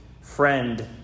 friend